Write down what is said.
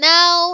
Now